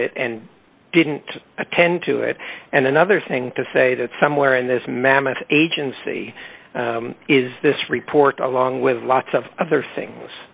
it and didn't attend to it and another thing to say that somewhere in this mammoth agency is this report along with lots of other things